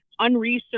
unresearched